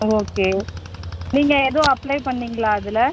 okay நீங்கள் எதுவும் apply பண்ணிங்களா அதில்